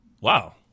Wow